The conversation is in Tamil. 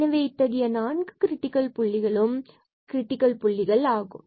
எனவே இத்தகைய 4 புள்ளிகளும் கிரிட்டிகல் புள்ளிகள் ஆகும்